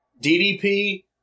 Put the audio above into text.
DDP